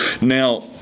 Now